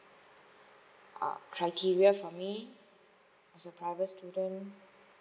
ah criteria for me as a private student